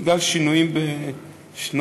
בגלל שינויים בשנות,